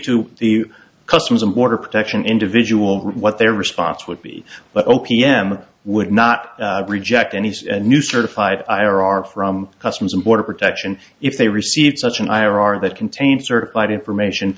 to the customs and border protection individual what their response would be but o p m would not reject any new certified i r r from customs and border protection if they received such an i r r that contains certified information